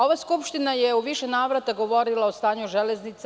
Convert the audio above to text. Ova skupština je u više navrata govorila o stanju železnica.